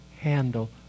handle